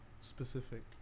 specific